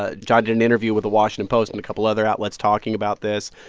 ah john did an interview with the washington post and a couple other outlets talking about this.